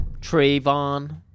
Trayvon